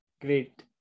great